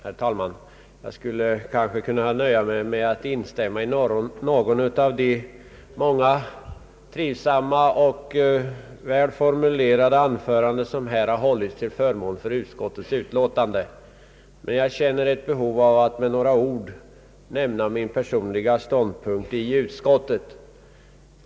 Herr talman! Jag skulle kanske kunna nöja mig med att instämma i något av de många trivsamma och väl formulerade anföranden som hållits till förmån för utskottets utlåtande, men jag känner ett behov att med några ord nämna min personliga ståndpunkt i utskottet.